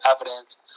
evidence